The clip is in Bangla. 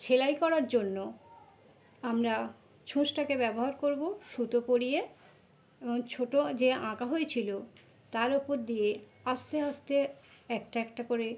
সেলাই করার জন্য আমরা ছূচটাকে ব্যবহার করবো সুতো পরিয়ে এবং ছোটো যে আঁকা হয়েছিলো তার ওপর দিয়ে আস্তে আস্তে একটা একটা করে